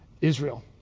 Israel